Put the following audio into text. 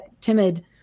timid